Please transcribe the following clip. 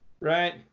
right